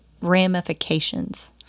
ramifications